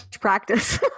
practice